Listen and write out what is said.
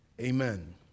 Amen